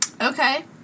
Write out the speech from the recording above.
Okay